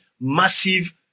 massive